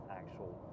actual